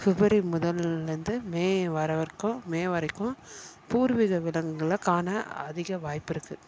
February முதல்லேருந்து May வர வரைக்கும் மே வரைக்கும் பூர்வீக விலங்குகளை காண அதிக வாய்ப்பிருக்கு